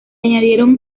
añadieron